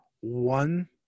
one